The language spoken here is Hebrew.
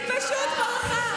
היא פשוט ברחה.